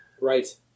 right